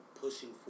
pushing